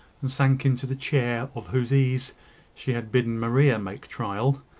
and sank into the chair of whose ease she had bidden maria make trial,